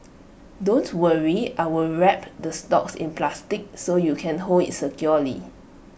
don't worry I will wrap the stalks in plastic so you can hold IT securely